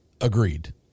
Agreed